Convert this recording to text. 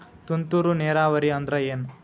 ತುಂತುರು ನೇರಾವರಿ ಅಂದ್ರ ಏನ್?